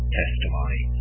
testimony